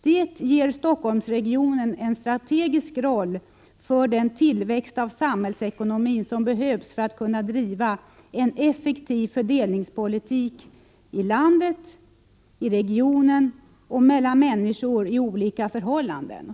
Det ger Stockholmsregionen en strategisk roll för den tillväxt av samhällsekonomin som behövs för att kunna driva en effektiv fördelningspolitik i landet, i regionen och mellan människor i olika förhållanden”.